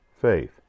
faith